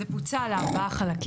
זה פוצל לארבעה חלקים.